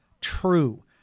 true